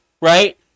right